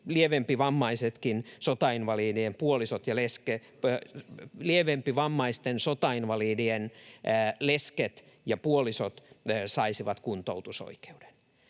lievempivammaistenkin sotainvalidien lesket ja puolisot saisivat kuntoutusoikeuden.